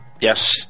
yes